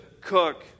cook